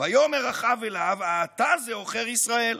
ויאמר אחאב אליו האתה זה עכר ישראל,